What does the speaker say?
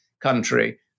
country